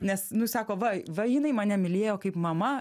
nes nu sako va va jinai mane mylėjo kaip mama